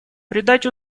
придать